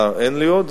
אין לי עוד?